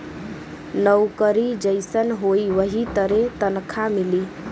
नउकरी जइसन होई वही तरे तनखा मिली